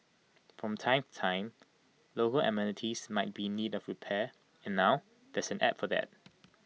from time to time local amenities might be in need of repair and now there's an app for that